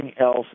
else